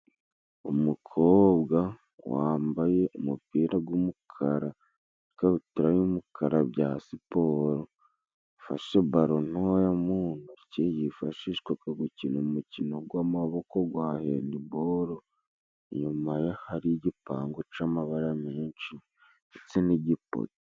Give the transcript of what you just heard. Umukobwa wambaye umupira w'umukara, n'ikabutura y'umukara bya siporo, afashe balo ntoya mu ntoki, yifashishwa gukina umukino w'amaboko wa handi bolo, inyuma hari igipangu cy'amabara menshi, ndetse n'igikuta.